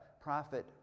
prophet